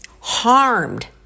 harmed